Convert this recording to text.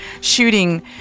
shooting